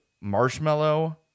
marshmallow